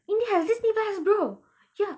india has disney plus bro ya